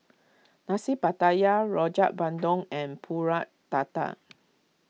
Nasi Pattaya Rojak Bandung and Pulut Tatal